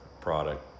product